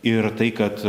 ir tai kad